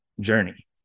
journey